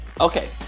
Okay